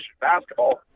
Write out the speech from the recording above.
basketball